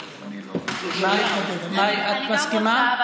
מאי, את מסכימה?